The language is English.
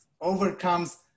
overcomes